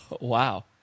Wow